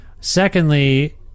Secondly